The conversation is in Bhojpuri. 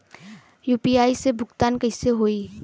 यू.पी.आई से भुगतान कइसे होहीं?